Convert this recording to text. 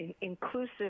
inclusive